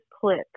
clip